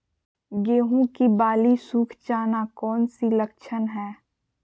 गेंहू की बाली सुख जाना कौन सी लक्षण है?